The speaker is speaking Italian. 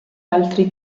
altri